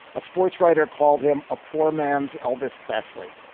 a sportswriter called him a poor man's elvis presley.